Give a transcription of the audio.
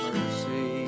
Mercy